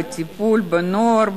בטיפול בנוער,